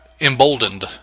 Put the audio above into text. emboldened